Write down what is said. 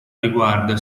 riguarda